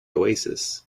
oasis